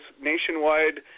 nationwide